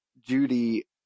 Judy